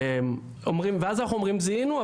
ואז אנחנו אומרים זיהינו,